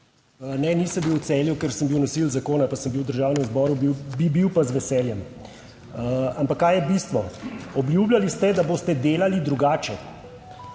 Ne, nisem bil v Celju, ker sem bil nosilec zakona, pa sem bil v Državnem zboru. Bi bil pa z veseljem. Ampak kaj je bistvo? Obljubljali ste, da boste delali drugače.